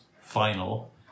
final